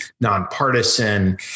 nonpartisan